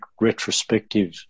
retrospective